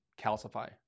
calcify